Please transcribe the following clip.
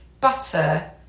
butter